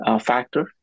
factor